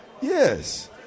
Yes